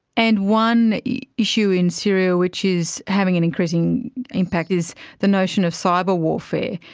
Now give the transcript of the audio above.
and one yeah issue in syria which is having an increasing impact is the notion of cyber warfare.